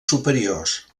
superiors